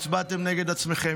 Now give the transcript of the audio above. הצבעתם נגד עצמכם,